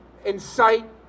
incite